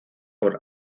por